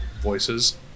voices